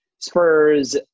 Spurs